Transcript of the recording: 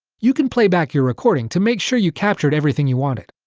you can play back your recording to make sure you captured everything you wanted.